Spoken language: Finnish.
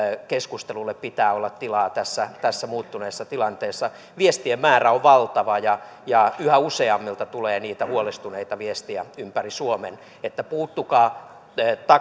keskustelulle pitää olla tilaa tässä tässä muuttuneessa tilanteessa viestien määrä on valtava ja ja yhä useammilta tulee niitä huolestuneita viestejä ympäri suomen että puuttukaa